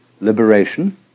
liberation